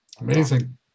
Amazing